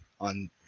on